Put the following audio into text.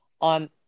on